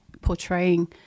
portraying